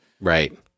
right